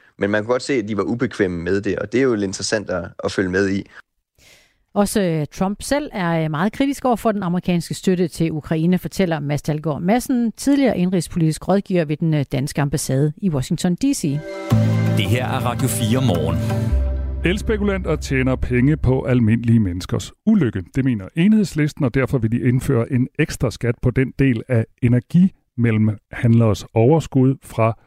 Men man kan godt se, at de var ubekvemme med det, og det er jo lidt interessant at- at følge med i. Også, øh, Trump selv er, øh, meget kritisk over for den amerikanske støtte til Ukraine, fortæller Mads Dalgaard Madsen, tidligere indrigspolitisk rådgiver ved den, øh, danske ambassade i Washington DC. Det her er Radio 4 Morgen. Elspekulant og tjener penge på almindelige menneskers ulykke. Det mener Enhedslisten, og derfor vil de indføre en ekstra skat på den del af energimellemhandleres overskud fra